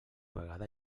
vegada